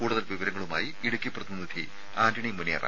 കൂടുതൽ വിവരങ്ങളുമായി ഇടുക്കി പ്രതിനിധി ആന്റണി മുനിയറ